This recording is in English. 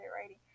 writing